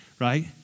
right